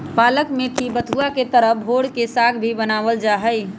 पालक मेथी बथुआ के तरह भोर के साग भी बनावल जाहई